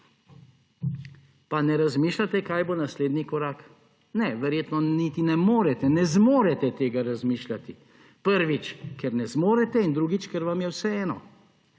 Pa ne razmišljate, kaj bo naslednji korak? Ne, verjetno niti ne morete, ne zmorete tega razmišljati. Prvič, ker ne zmorete, in drugič, ker vam je vseeno.